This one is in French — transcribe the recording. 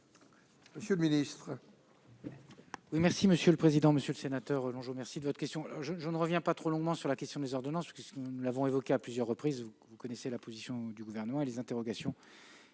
Monsieur le ministre,